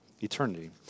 eternity